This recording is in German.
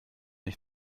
ich